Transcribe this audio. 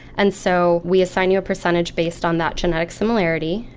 and so we assign you a percentage based on that genetic similarity,